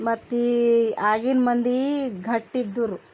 ಮತ್ತು ಈ ಆಗಿನ ಮಂದಿ ಗಟ್ಟಿದ್ದರು